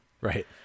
right